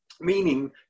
meaning